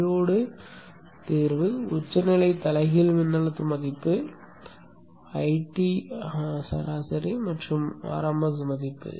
diode தேர்வு உச்சநிலை தலைகீழ் மின்னழுத்த மதிப்பு ஐடி சராசரி மற்றும் RMS மதிப்பு